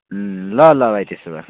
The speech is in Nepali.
अँ ल ल भाइ त्यसो भए